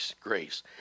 grace